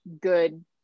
good